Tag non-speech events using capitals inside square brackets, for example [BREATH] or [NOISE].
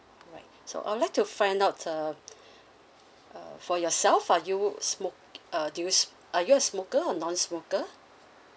right so I would like to find out uh [BREATH] uh for yourself are you smoki~ uh do you are you a smoker or non-smoker